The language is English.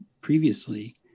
previously